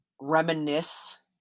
reminisce